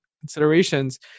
considerations